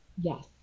Yes